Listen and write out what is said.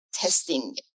testing